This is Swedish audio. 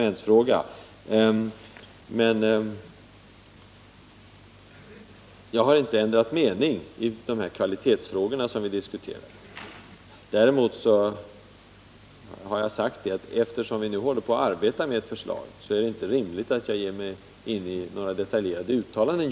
Det är väl mera en Jag har inte ändrat mening i de kvalitetsfrågor vi nu diskuterar. Däremot har jag sagt att, eftersom vi håller på och arbetar med ett förslag, är det inte rimligt att jag gör några detaljerade uttalanden.